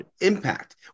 impact